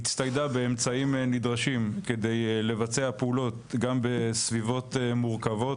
הצטיידה באמצעים נדרשים כדי לבצע פעולות גם בסביבות מורכבות.